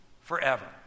forever